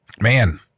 man